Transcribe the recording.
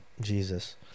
Jesus